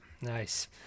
nice